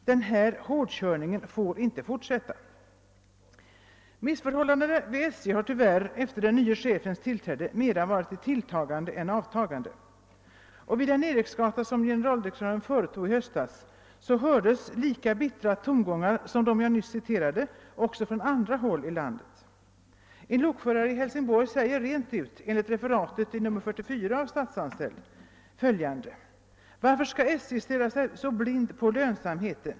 Den här hårdkörningen får inte fortsätta.» Missförhållandena vid SJ har tyvärr efter den nye chefens tillträde mera varit i tilltagande än i avtagande. Vid den eriksgata som generaldirektören företog i höstas hördes lika bittra tongångar som de jag nyss citerat också från andra håll i landet. En lokförare i Hälsingborg säger rent ut enligt referat i nr 44 av Statsanställd följande: »Varför skall SJ stirra sig blind på lönsamheten?